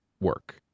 work